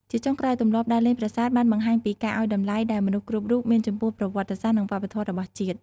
ជាចុងក្រោយ ទម្លាប់ដើរលេងប្រាសាទបានបង្ហាញពីការឱ្យតម្លៃដែលមនុស្សគ្រប់រូបមានចំពោះប្រវត្តិសាស្ត្រនិងវប្បធម៌របស់ជាតិ។